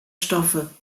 stoffe